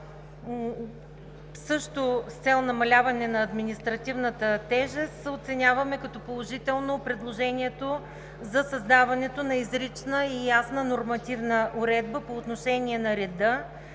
това с цел намаляване на административната тежест оценяваме като положително предложението за създаване на изрична и ясна нормативна уредба по отношение на реда,